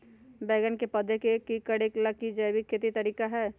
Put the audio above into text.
बैंगन के खेती भी करे ला का कोई जैविक तरीका है?